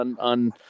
on